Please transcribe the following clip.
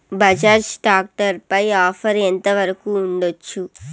Bajaj tractor పై offer ఎంత వరకు ఉండచ్చు?